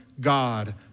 God